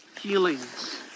healings